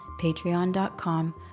patreon.com